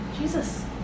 Jesus